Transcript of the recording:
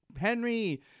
Henry